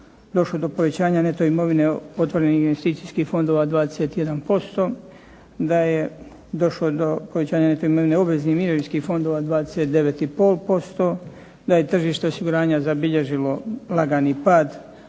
da je došlo do povećanja neto imovine otvorenih investicijskih fondova 21%, da je došlo do povećanja neto imovine obveznih mirovinskih fondova 29,5%, da je tržište osiguranja zabilježilo lagani pad,